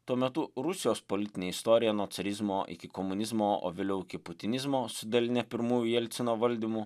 tuo metu rusijos politinė istorija nuo carizmo iki komunizmo o vėliau iki putinizmo su daline pirmųjų jelcino valdymo